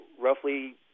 roughly